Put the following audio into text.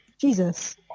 Jesus